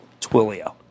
Twilio